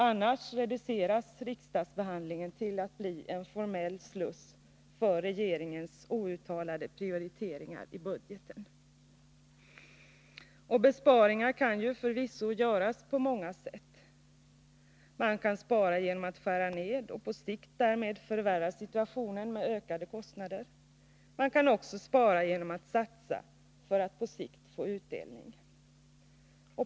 Annars reduceras riksdagsbehandlingen till att bli en formell sluss för regeringens outtalade prioriteringar i budgeten. Besparingar kan förvisso göras på många sätt. Man kan spara genom att skära ned och på sikt därmed förvärra situationen med ökade kostnader. Man kan också spara genom att satsa för att på sikt få utdelning.